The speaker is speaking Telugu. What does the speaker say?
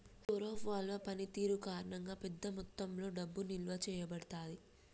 స్టోర్ ఆఫ్ వాల్వ్ పనితీరు కారణంగా, పెద్ద మొత్తంలో డబ్బు నిల్వ చేయబడతాది